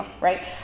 right